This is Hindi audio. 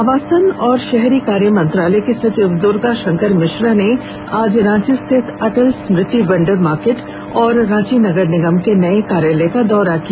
आवासन और शहरी कार्य मंत्रालय के सचिव द्र्गा शंकर मिश्रा ने आज रांची स्थित अटल स्मृति वेंडर मार्केट और राँची नगर निगम के नए कार्यालय का दौरा किया